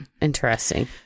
Interesting